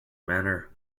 manner